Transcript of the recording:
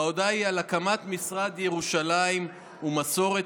ההודעה היא על הקמת משרד ירושלים ומסורת